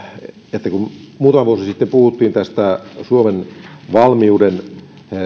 kun muutama vuosi sitten puhuttiin suomen valmiuden